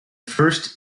first